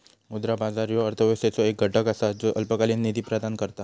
मुद्रा बाजार ह्यो अर्थव्यवस्थेचो एक घटक असा ज्यो अल्पकालीन निधी प्रदान करता